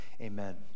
Amen